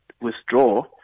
withdraw